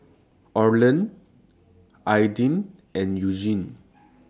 Orland Aidan and Elgin